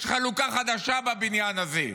יש חלוקה חדשה בבניין הזה: